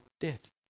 death